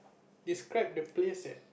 describe the place that